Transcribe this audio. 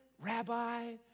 Rabbi